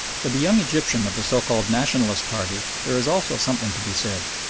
for the young egyptian of the so-called nationalist party there is also something to be said.